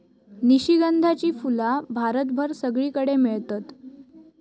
निशिगंधाची फुला भारतभर सगळीकडे मेळतत